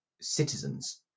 citizens